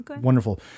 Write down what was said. Wonderful